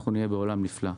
אנחנו נהיה בעולם נפלא.